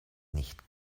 nicht